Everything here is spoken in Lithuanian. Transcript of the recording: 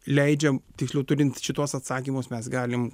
leidžia tiksliau turint šituos atsakymus mes galim